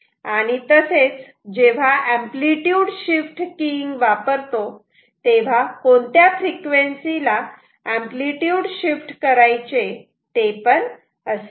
आणि तसेच जेव्हा एम्पलीट्यूड शिफ्ट किंइंग वापरतो तेव्हा कोणत्या फ्रिक्वेन्सी ला एम्पलीट्यूड शिफ्ट करायचे ते पण असते